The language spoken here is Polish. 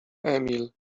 emil